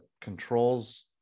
controls